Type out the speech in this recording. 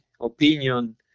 opinion